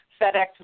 FedEx